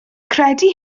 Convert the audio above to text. credu